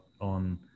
on